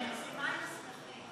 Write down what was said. אני מסכימה עם השמחים.